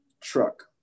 truck